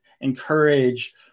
encourage